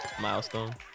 Milestone